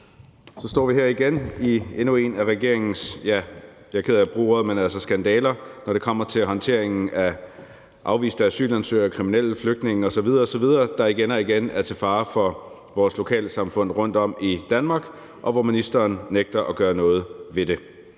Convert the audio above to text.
ja, jeg er ked af at bruge ordet skandaler, når det kommer til håndteringen af afviste asylansøgere og kriminelle flygtninge osv. osv., der igen og igen er til fare for vores lokale samfund rundtom i Danmark, og hvor ministeren nægter at gøre noget ved det.